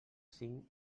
cinc